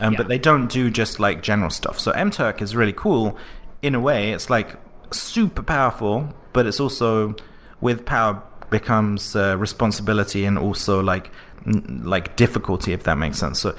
and but they don't do just like general stuff. so mturk is really cool in a way. it's like super powerful, but it's also with power becomes ah responsibility and also like like difficulty, if that makes sense. so